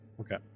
Okay